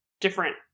different